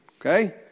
okay